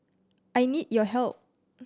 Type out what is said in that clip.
I need your help